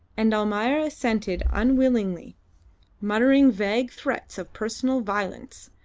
and almayer assented unwillingly muttering vague threats of personal violence,